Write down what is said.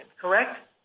correct